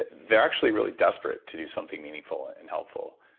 ah they're actually really desperate to do something meaningful and helpful.